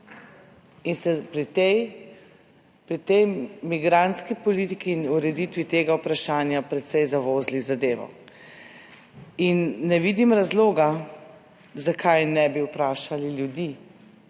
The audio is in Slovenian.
tej, pri tej migrantski politiki in ureditvi tega vprašanja precej zavozili zadevo. In ne vidim razloga, zakaj ne bi vprašali ljudi.